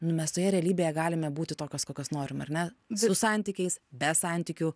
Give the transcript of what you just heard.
nu mes toje realybėje galime būti tokios kokios norim ar ne su santykiais be santykių